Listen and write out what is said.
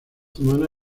humana